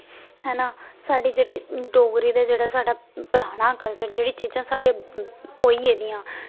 हैना साढ़े जेह्ड़े डोगरें दा जेह्ड़ा साढ़ा पराना कलचर जेह्ड़ी चीजां साढ़े होई गेदियां